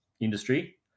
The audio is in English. industry